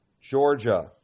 Georgia